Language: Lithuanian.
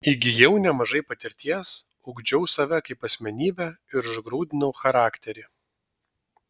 įgijau nemažai patirties ugdžiau save kaip asmenybę ir užgrūdinau charakterį